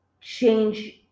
change